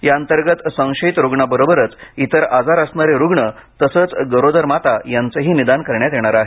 या अंतर्गत संशयित रुग्णांबरोबरच इतर आजार असणारे रुग्ण तसेच गरोदर माता यांचेही निदान करण्यात येणार आहे